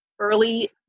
early